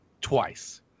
twice